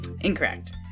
Incorrect